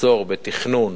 מחסור בתכנון